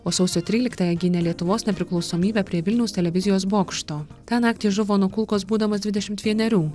o sausio tryliktąją gynė lietuvos nepriklausomybę prie vilniaus televizijos bokšto tą naktį žuvo nuo kulkos būdamas dvidešimt vienerių